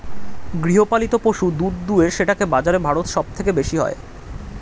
গৃহপালিত পশু দুধ দুয়ে সেটাকে বাজারে ভারত সব থেকে বেশি হয়